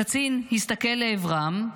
הקצין הסתכל לעברם,